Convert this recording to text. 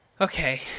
Okay